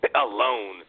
alone